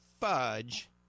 Fudge